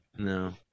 no